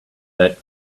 that